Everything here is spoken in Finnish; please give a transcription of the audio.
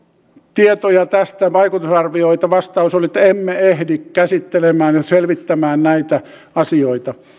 tietoja tästä vaikutusarvioita vastaus oli että emme ehdi käsittelemään ja selvittämään näitä asioita